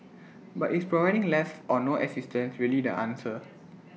but is providing less or no assistance really the answer